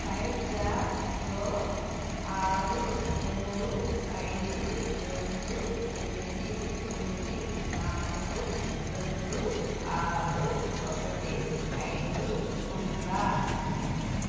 హైజాప్లో ఆరు మూడు ఐదు రెండు ఎనిమిది తొమ్మిది నాలుగు రెండు ఆరు ఒకటి ఐదు ఉందా